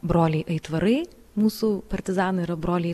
broliai aitvarai mūsų partizanai yra broliai